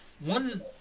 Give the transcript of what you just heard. one